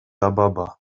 ababa